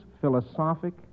philosophic